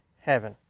heaven